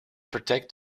protect